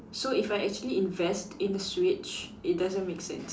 so if I actually invest in a Switch it doesn't make sense